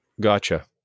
Gotcha